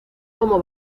como